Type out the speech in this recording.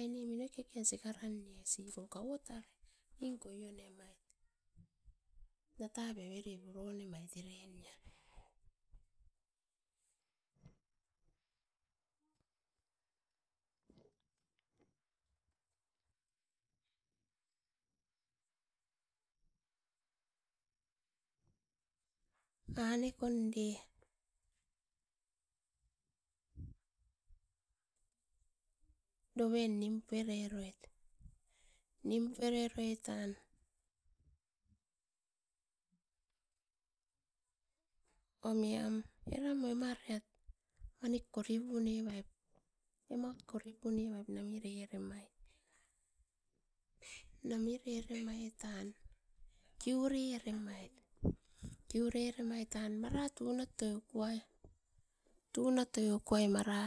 Aine min oit keke-en sikaran mai siko mai kauoro are. Nata pai omait avere puro nemait era noa. Anekonde doven nim pueroit, nim puere roit tan omian eram amariat kori pune vait, emaut kori pune mait nami rere mait namire remait tan kimre remait. Kiu rere mait tan mai tunatoi okoai mara.